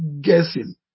guessing